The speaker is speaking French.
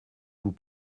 vous